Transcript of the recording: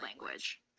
language